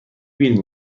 بیل